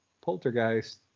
poltergeist